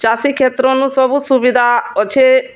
ଚାଷୀ କ୍ଷେତ୍ରନୁ ସବୁ ସୁବିଧା ଅଛେ